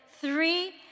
three